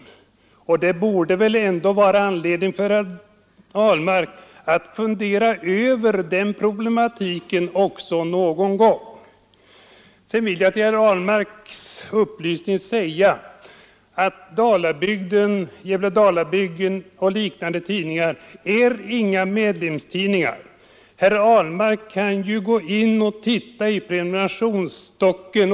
Herr Ahlmark borde någon gång ha anledning att fundera över den problematiken. Vidare vill jag till herr Ahlmarks upplysning säga att Gävle-Dalabygden och liknande tidningar inte är några medlemstidningar. Herr Ahlmark kan ju titta i prenumerationsstocken.